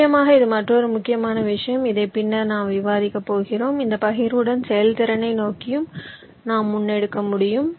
நிச்சயமாக இது மற்றொரு முக்கியமான விஷயம் இதை பின்னர் நாம் விவாதிக்கப் போகிறோம் இந்த பகிர்வுடன் செயல்திறனை நோக்கியும் நாம் முன்னெடுக்க முடியும்